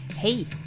Hey